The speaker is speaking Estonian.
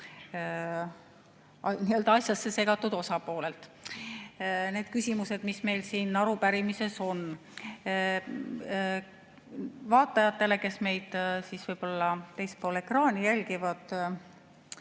küsime asjasse segatud osapoolelt need küsimused, mis meil siin arupärimises on. Vaatajatele, kes meid võib-olla teisel pool ekraani jälgivad,